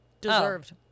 deserved